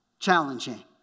challenging